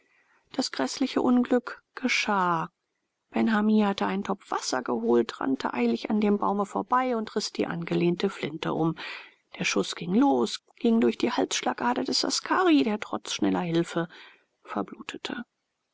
das gräßliche unglück geschah benhammi hatte einen topf wasser geholt rannte eilig an dem baume vorbei und riß die angelehnte flinte um der schuß ging los ging durch die halsschlagader des askari der trotz schneller hilfe verblutete